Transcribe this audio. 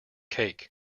cake